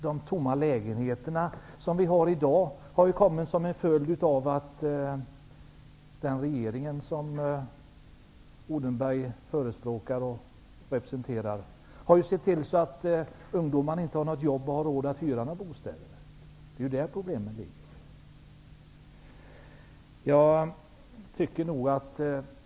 De tomma lägenheter som finns i dag, har ju kommit som en följd av att den regering som Odenberg förespråkar och representerar har sett till att ungdomarna inte har något arbete. De har inte råd att hyra några bostäder. Där ligger problemet.